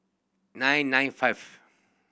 nine nine five